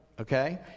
okay